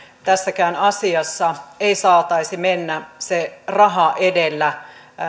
tässäkään asiassa ei saataisi mennä se raha edellä